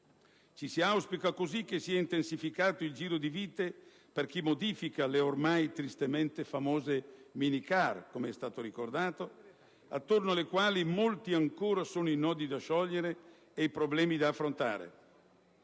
che sia così che sia intensificato il giro di vite per chi modifica le ormai tristemente famose minicar, come è stato ricordato, attorno alle quali molti ancora sono i nodi da sciogliere e i problemi da affrontare.